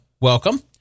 Welcome